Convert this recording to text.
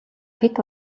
хэт